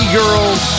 girls